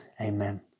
Amen